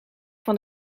van